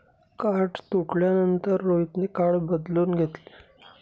card तुटल्यानंतर रोहितने card बदलून घेतले